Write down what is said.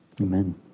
Amen